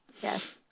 Yes